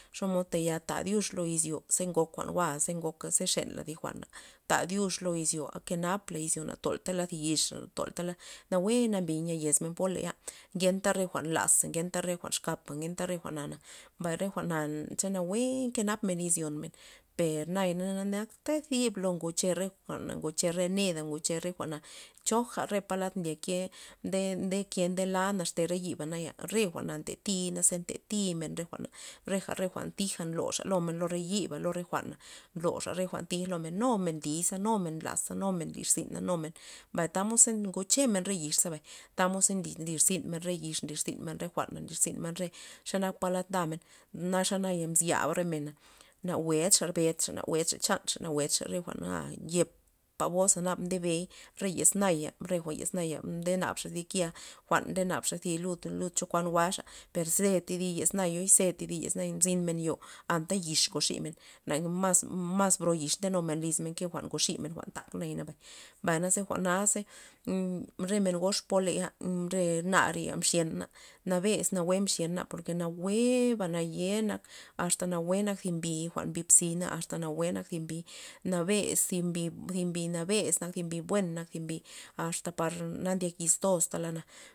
Xomod taya ta dyux lo izyo ze ngok jwa'n jwa' ze ngoka ze xenla thi jwa'n ta dyux lo izyo kenapla izyo na toltala thi yix na toltala nawue nambi nya yezmen poley ngenta jwa'n lazey ngenta re jwa'n exkapey ngenta re jwa'na na mbay re jwa'na ze nawue nke napmen izyon men per naya na akat zi lob men ngoche re jwa'n ngoche re neda ngoche choja palad nlyake nde- ndeke ndela naxte re yiba naya re jwa'na nteniy ze nta timen re jwa'na reja jwa'n tija nloxa lomen gab men lo re yiba lo re jwa'na nloxa re jwa'n tij nu men nliy za nu men nlaza nu men nlrizyna mbay tamod ze ngochemen re yix za tamod ze nlirzyn men re yix nlirzynmen re jwa'na nlirzyn re xe nak palad ndamen na xa naya nzyab re mena na jwe'dxa bed xa na jwe'd xa chanxa na jwe'd xa re jwa'na yepa boz naba ndebey re yez naya re jwa'n yez naya nde nabxa thi kya jwa'n nde nabxa lud chokuan jwa'xa per ze thi di yez nay yoi ze thi yez nay ze mzyn yo anta yix ngo ximen anta mas- mas bro yix nde numen lizmen ke jwa'n ngoximen jwa'n ntak mbay naze jwa'naze re men gox poley re nar na mxyena nabes nawue mxyena por ke nawue naye nak asta nawue nak thi mbi asta nawue nak thi mbi nabes thi mbi nabes buen nak thi mbi asta par na ndyak yiz tos talana.